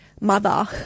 mother